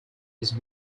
his